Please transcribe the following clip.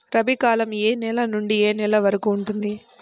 రబీ కాలం ఏ నెల నుండి ఏ నెల వరకు ఉంటుంది?